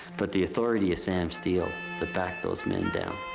but the authority of sam steele that backed those men down.